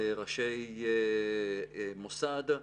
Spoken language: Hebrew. ראשי מוסד,